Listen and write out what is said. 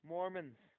Mormons